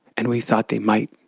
and we thought they might